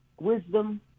wisdom